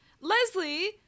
Leslie